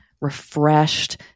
refreshed